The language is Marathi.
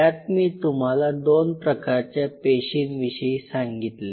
त्यात मी तुम्हाला दोन प्रकारच्या पेशींविषयी सांगितले